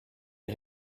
est